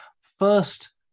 first